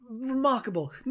Remarkable